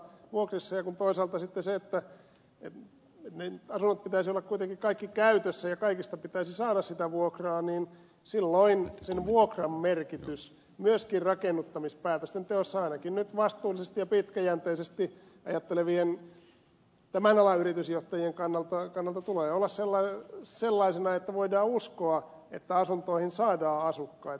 kun toisaalta sitten kaikkien niiden asuntojen pitäisi olla kuitenkin käytössä ja kaikista pitäisi saada sitä vuokraa niin silloin sen vuokran merkityksen myöskin rakennuttamispäätösten teossa ainakin nyt vastuullisesti ja pitkäjänteisesti ajattelevien tämän alan yritysjohtajien kannalta tulee olla sellainen että voidaan uskoa että asuntoihin saadaan asukkaita